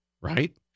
right